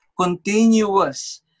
Continuous